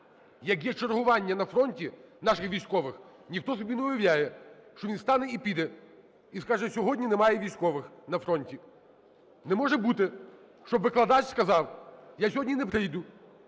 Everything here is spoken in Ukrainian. Як є чергування на фронті наших військових, ніхто собі не уявляє, що він встане і піде, і скаже: "Сьогодні немає військових на фронті". Не може бути, щоб викладач сказав: "Я сьогодні не прийду,